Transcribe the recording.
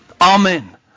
Amen